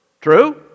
True